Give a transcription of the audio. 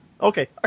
Okay